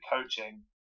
coaching